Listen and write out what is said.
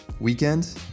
weekend